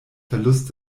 verlust